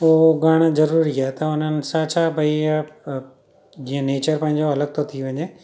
उहो उॻाइणु ज़रूरी आहे त उन्हनि सां छा भई ईअं जीअं नेचर पंहिंजो अलॻि थो थी वञे